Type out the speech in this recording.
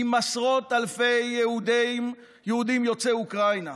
עם עשרות אלפי יהודים יוצאי אוקראינה,